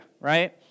right